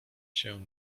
się